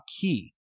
Key